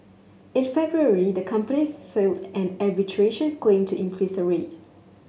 in February the company filed an arbitration claim to increase the rate